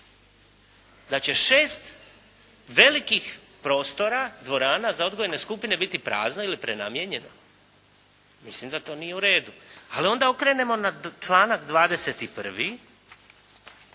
Da će 6 velikih prostora, dvorana za odgojne skupine biti prazno ili prenamijenjeno? Mislim da to nije u redu. Ali onda okrenemo na članak 21.